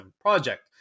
project